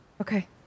Okay